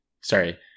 sorry